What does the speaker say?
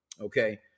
Okay